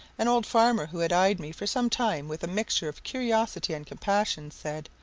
an old farmer, who had eyed me for some time with a mixture of curiosity and compassion, said,